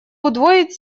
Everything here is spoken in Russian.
удвоить